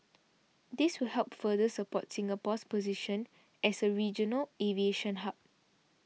this will help further support Singapore's position as a regional aviation hub